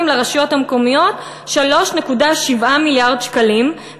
לרשויות המקומיות 3.7 מיליארד שקלים,